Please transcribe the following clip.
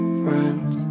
friends